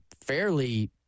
fairly